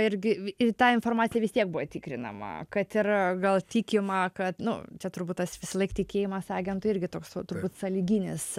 irgi ta informacija vis tiek buvo tikrinama kad ir gal tikima kad nu čia turbūt tas visąlaik tikėjimas agentu irgi toks turbūt sąlyginis